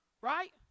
Right